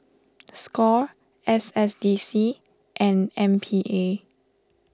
Score S S D C and M P A